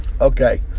Okay